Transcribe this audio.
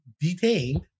detained